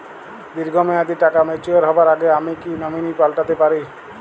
দীর্ঘ মেয়াদি টাকা ম্যাচিউর হবার আগে আমি কি নমিনি পাল্টা তে পারি?